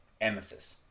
emesis